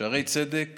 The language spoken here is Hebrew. שערי צדק